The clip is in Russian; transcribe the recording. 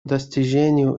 достижению